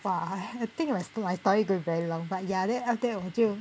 !wah! i~ I think my st~ story going to be very long but ya then after that 我就